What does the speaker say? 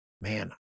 man